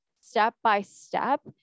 step-by-step